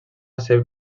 ser